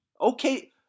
Okay